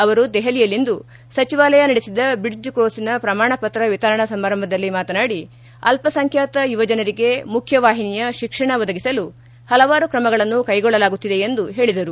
ಅವರು ದೆಹಲಿಯಲ್ಲಿಂದು ಸಚಿವಾಲಯ ನಡೆಸಿದ ಬ್ರಿಡ್ಜ್ ಕೋರ್ಸ್ನ ಪ್ರಮಾಣಪತ್ರ ವಿತರಣಾ ಸಮಾರಂಭದಲ್ಲಿ ಮಾತನಾಡಿ ಅಲ್ಲಸಂಖ್ಯಾತ ಯುವಜನರಿಗೆ ಮುಖ್ಯವಾಹಿನಿಯ ಶಿಕ್ಷಣ ಪದಗಿಸಲು ಹಲವಾರು ಕ್ರಮಗಳನ್ನು ಕೈಗೊಳ್ಳಲಾಗುತ್ತಿದೆ ಎಂದು ಹೇಳಿದರು